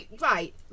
Right